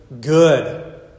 good